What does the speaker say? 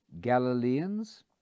Galileans